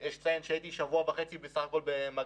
הייתי בסך הכול שבוע וחצי במגל"ן,